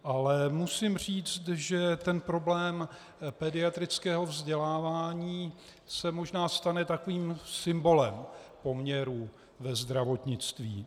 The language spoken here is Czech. Ale musím říct, že problém pediatrického vzdělávání se možná stane takovým symbolem poměrů ve zdravotnictví.